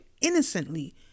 innocently